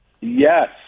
Yes